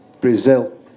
Brazil